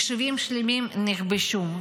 יישובים שלמים נכבשו,